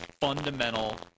fundamental